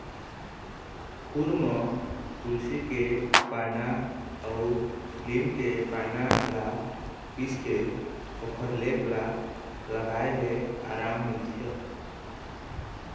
खुर म तुलसी के पाना अउ लीम के पाना ल पीसके ओखर लेप ल लगाए ले अराम मिलथे